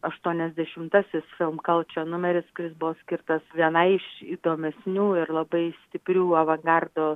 aštuoniasdešimtasis film kalčia numeris kuris buvo skirtas vienai iš įdomesnių ir labai stiprių avangardo